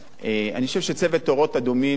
אני חושב שצוות "אורות אדומים" זה צוות